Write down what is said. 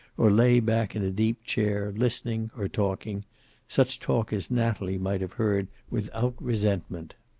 or lay back in a deep chair, listening or talking such talk as natalie might have heard without resentment.